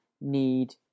need